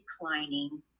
declining